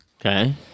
Okay